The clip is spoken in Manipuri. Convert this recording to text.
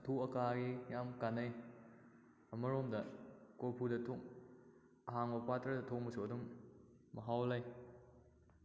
ꯑꯊꯨ ꯑꯀꯥꯏ ꯌꯥꯝ ꯀꯥꯟꯅꯩ ꯑꯃꯔꯣꯝꯗ ꯀꯣꯔꯐꯨꯗ ꯑꯍꯥꯡꯕ ꯄꯥꯠꯇ꯭ꯔꯗ ꯊꯣꯡꯕꯁꯨ ꯑꯗꯨꯝ ꯃꯍꯥꯎ ꯂꯩ